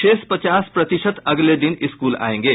शेष पचास प्रतिशत अगले दिन स्कूल आयेंगे